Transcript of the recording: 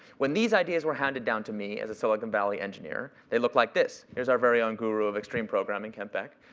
when these ideas were handed down to me as a silicon valley engineer, they looked like this. there's our very own guru of extreme programming, kent beck.